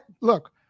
look